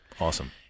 Awesome